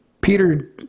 Peter